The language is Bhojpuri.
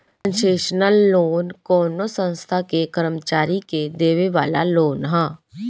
कंसेशनल लोन कवनो संस्था के कर्मचारी के देवे वाला लोन ह